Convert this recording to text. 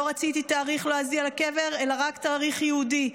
היא לא רצתה תאריך לועזי על הקבר אלא רק תאריך יהודי,